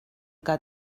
que